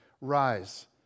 Rise